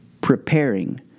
preparing